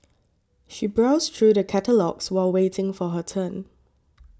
she browsed through the catalogues while waiting for her turn